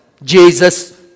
Jesus